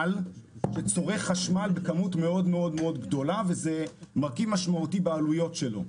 מפעל שצורך חשמל בכמות מאוד מאוד גדולה וזה מרכיב משמעותי בעלויות שלו,